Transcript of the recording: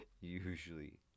Usually